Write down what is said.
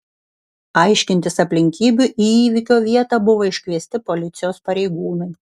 aiškintis aplinkybių į įvykio vietą buvo iškviesti policijos pareigūnai